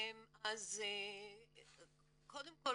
קודם כל,